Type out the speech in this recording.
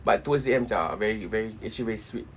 but towards the ends ah very very actually very sweet